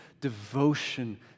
devotion